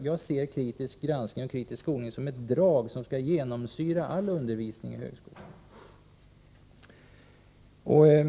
Jag ser kritisk granskning och kritisk skolning som något som skall genomsyra all undervisning i högskolan.